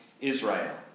Israel